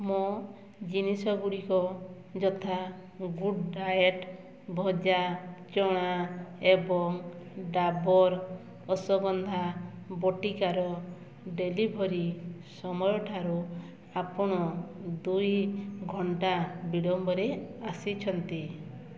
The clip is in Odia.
ମୋ ଜିନିଷଗୁଡ଼ିକ ଯଥା ଗୁଡ଼ ଡାଏଟ୍ ଭଜା ଚଣା ଏବଂ ଡାବର୍ ଅଶ୍ଵଗନ୍ଧା ବଟିକାର ଡେଲିଭରି ସମୟଠାରୁ ଆପଣ ଦୁଇ ଘଣ୍ଟା ବିଳମ୍ବରେ ଆସିଛନ୍ତି